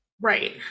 Right